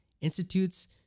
institutes